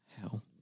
hell